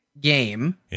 game